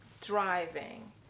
driving